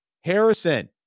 Harrison